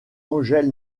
ángel